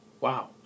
wow